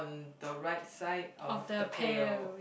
the right side of the pail